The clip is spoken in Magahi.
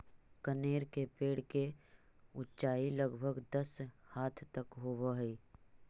कनेर के पेड़ के ऊंचाई लगभग दस हाथ तक होवऽ हई